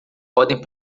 podem